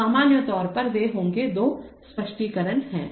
तो सामान्य तौर पर वे होंगे दो स्पष्टीकरण हैं